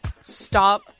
stop